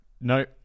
no